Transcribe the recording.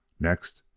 next,